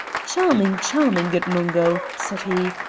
charming, charming! good mungo, said he.